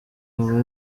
bukaba